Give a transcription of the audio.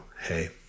hey